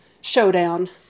showdown